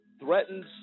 threatens